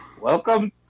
Welcome